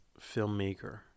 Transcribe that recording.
filmmaker